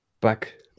back